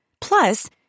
Plus